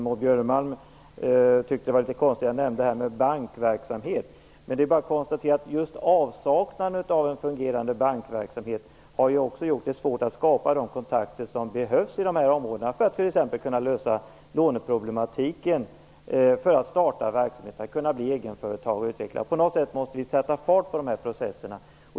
Maud Björnemalm tyckte att det var litet konstigt att jag nämnde bankverksamhet, men det är bara att konstatera att avsaknaden av en fungerande bankverksamhet har gjort det svårt att skapa de kontakter som behövs i dessa områden för att man t.ex. skall kunna lösa låneproblematiken då man startar verksamhet och blir egenföretagare. På något sätt måste vi sätta fart på processerna.